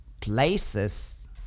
places